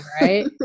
right